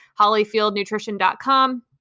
hollyfieldnutrition.com